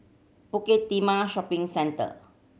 Bukit Timah Shopping Centre